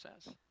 says